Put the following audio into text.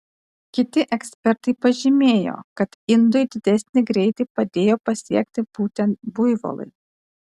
kiti ekspertai pažymėjo kad indui didesnį greitį padėjo pasiekti būtent buivolai